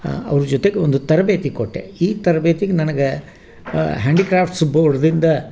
ಅವ್ರ ಜೊತೆಗೆ ಒಂದು ತರಬೇತಿ ಕೊಟ್ಟೆ ಈ ತರಬೇತಿಗೆ ನನಗೆ ಹ್ಯಾಂಡಿಕ್ರ್ಯಾಪ್ಟ್ಸ್ ಬೋರ್ಡ್ದಿಂದ